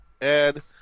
Add